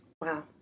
Wow